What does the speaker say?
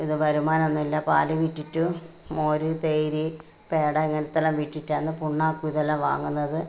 ഇത് വരുമാനം ഒന്നുമില്ല പാൽ വിറ്റിട്ടും മോര് തൈര് പേട ഇങ്ങനത്തെല്ലാം വിറ്റിട്ടാണ് പുണ്ണാക്ക് ഇതെല്ലാം വാങ്ങുന്നത്